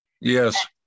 yes